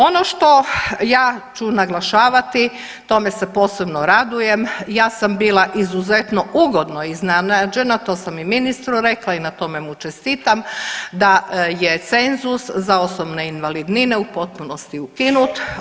Ono što ja ću naglašavati i tome se posebno radujem, ja sam bila izuzetno ugodno iznenađena, to sam i ministru rekla i na tome mu čestitam, da je cenzus za osobne invalidnine u potpunosti ukinut.